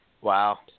Wow